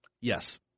Yes